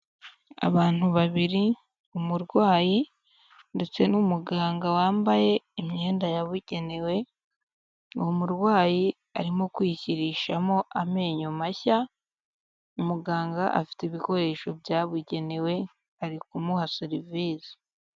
Abantu babiri umurwayi ndetse n'umuganga wambaye imyenda yabugenewe, uwo murwayi arimo kwishyirishamo amenyo mashya, muganga afite ibikoresho byabugenewe ari kumuha serivise.